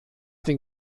den